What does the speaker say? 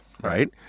right